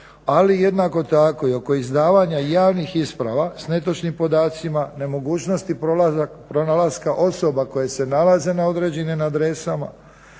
ali jednako tako i oko izdavanja javnih isprava s netočnim podacima, nemogućnosti pronalaska osoba koje se nalaze na određenim adresama